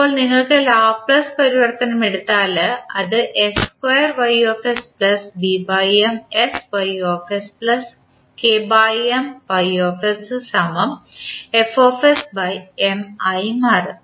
ഇപ്പോൾ നിങ്ങൾ ലാപ്ലേസ് പരിവർത്തനം എടുത്താൽ അത് ആയി മാറും